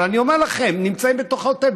אבל הם נמצאים בתוך העוטף,